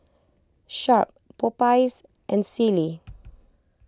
Sharp Popeyes and Sealy